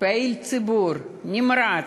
פעיל ציבור, נמרץ,